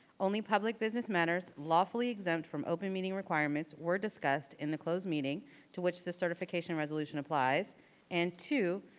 only public business matters lawfully exempt from open meeting requirements were discussed in the closed meeting to which the certification resolution applies and two,